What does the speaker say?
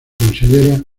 considera